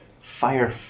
fire